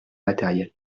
matériel